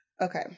Okay